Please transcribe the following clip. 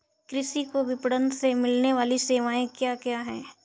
कृषि को विपणन से मिलने वाली सेवाएँ क्या क्या है